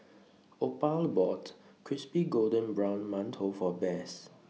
Opal bought Crispy Golden Brown mantou For Bess